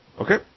Okay